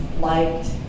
liked